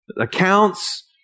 accounts